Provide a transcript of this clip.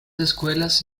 escuelas